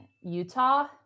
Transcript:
Utah